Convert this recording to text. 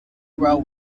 well